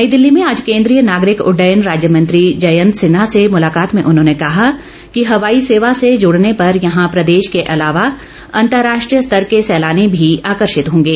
नई दिल्ली में आज केन्द्रीय नागरिक उड़डयन राज्य मंत्री जयंत सिन्हा से मुलाकात में उन्होंने कहा कि हवाई सेवा से जुडने पर यहां प्रदेश के अलावा अंतर्राष्ट्रीय स्तर के सैलानी भी आकर्षित होंगे